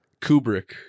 Kubrick